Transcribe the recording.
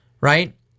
right